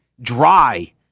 dry